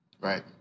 Right